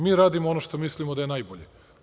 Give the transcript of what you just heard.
Mi radimo ono što mislimo da je najbolje.